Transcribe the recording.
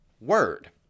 word